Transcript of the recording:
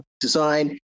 design